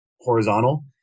horizontal